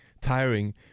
tiring